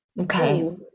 Okay